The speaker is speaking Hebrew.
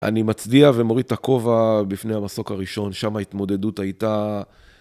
אני מצדיע ומוריד את הכובע בפני המסוק הראשון, שם ההתמודדות הייתה...